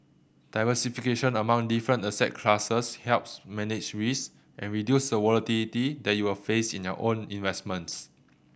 diversification among different asset classes helps manage risk and reduce the volatility that you will face in your investments